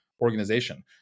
organization